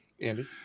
Andy